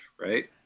right